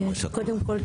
קודם כול,